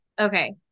Okay